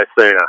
sooner